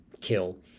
kill